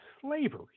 slavery